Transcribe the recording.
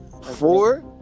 Four